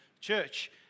church